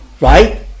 right